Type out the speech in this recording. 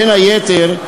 בין היתר,